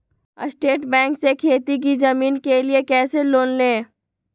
State bank से खेती की जमीन के लिए कैसे लोन ले?